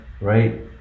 right